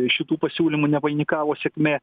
šitų pasiūlymų nevainikavo sėkmė